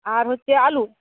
আর হচ্ছে আলু